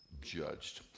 judged